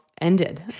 ended